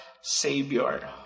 Savior